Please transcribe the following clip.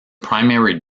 primary